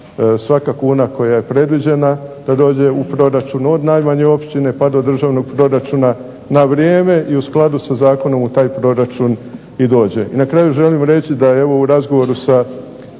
svaka kuna koja je predviđena da dođe u proračun od najmanje općine, pa do državnog proračuna na vrijeme i u skladu sa zakonom u taj proračun i dođe. I na kraju želim reći da je evo u razgovoru sa